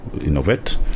innovate